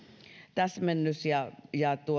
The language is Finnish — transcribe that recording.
täsmennys ja ja